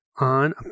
on